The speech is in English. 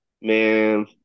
Man